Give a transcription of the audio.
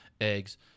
eggs